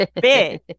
big